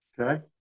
Okay